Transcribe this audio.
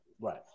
Right